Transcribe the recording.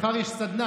מחר יש סדנה,